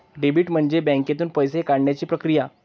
debit म्हणजे बँकेतून पैसे काढण्याची प्रक्रिया